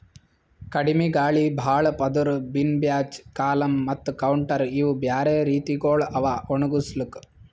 ಕಡಿಮಿ ಗಾಳಿ, ಭಾಳ ಪದುರ್, ಬಿನ್ ಬ್ಯಾಚ್, ಕಾಲಮ್ ಮತ್ತ ಕೌಂಟರ್ ಇವು ಬ್ಯಾರೆ ರೀತಿಗೊಳ್ ಅವಾ ಒಣುಗುಸ್ಲುಕ್